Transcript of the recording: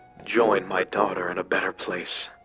join my daughter in a better place,